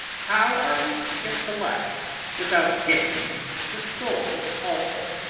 how are we to get the life without getting the soul also?